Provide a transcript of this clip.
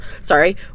Sorry